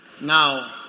Now